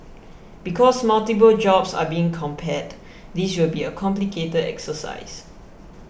because multiple jobs are being compared this will be a complicated exercise